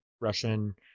Russian